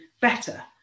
better